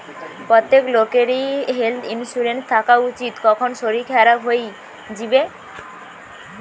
প্রত্যেক লোকেরই health insurance থাকা উচিত, কখন শরীর খারাপ হই যিবে